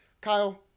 Kyle